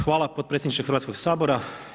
Hvala potpredsjedniče Hrvatskog sabora.